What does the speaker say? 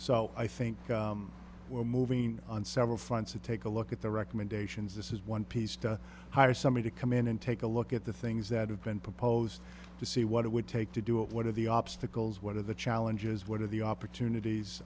so i think we're moving on several fronts to take a look at the recommendations this is one piece to hire someone to come in and take a look at the things that have been proposed to see what it would take to do it what are the obstacles what are the challenges what are the opportunities